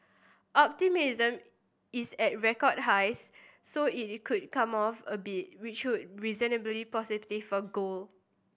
optimism is at record highs so it could come off a bit which would reasonably positive for gold